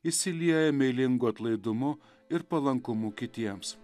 išsilieja meilingu atlaidumu ir palankumu kitiems